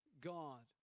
God